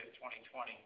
2020